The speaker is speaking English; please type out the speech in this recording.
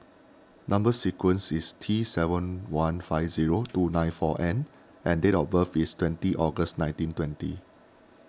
Number Sequence is T seven one five zero two nine four N and date of birth is twenty August nineteen twenty